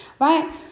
right